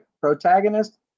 Protagonist